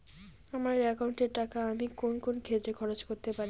আমার একাউন্ট এর টাকা আমি কোন কোন ক্ষেত্রে খরচ করতে পারি?